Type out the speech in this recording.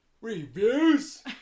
Reviews